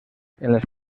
les